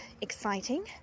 exciting